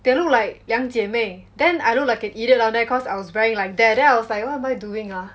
they look like 两姐妹 then I look like an idiot down there cause I was wearing like that then I was like what am I doing ah